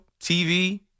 TV